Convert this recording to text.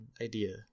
idea